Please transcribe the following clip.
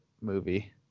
movie